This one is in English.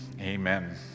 Amen